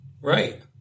Right